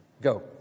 Go